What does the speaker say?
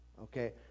Okay